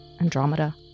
Andromeda